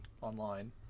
online